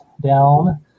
down